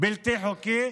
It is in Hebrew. בלתי חוקי,